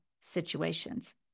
situations